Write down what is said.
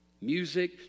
music